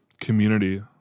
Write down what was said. community